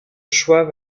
choix